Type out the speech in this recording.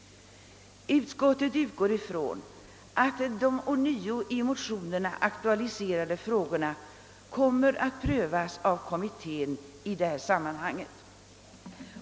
Utskottet utgår från att de i motionerna berörda frågorna kommer att prövas av kommittén i detta sammanhang.